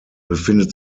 befindet